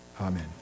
Amen